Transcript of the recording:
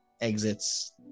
exits